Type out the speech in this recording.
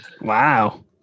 Wow